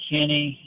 Kenny